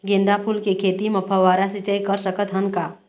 गेंदा फूल के खेती म फव्वारा सिचाई कर सकत हन का?